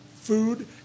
food